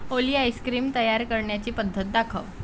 ओली ice cream तयार करण्याची पद्धत दाखव